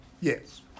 Yes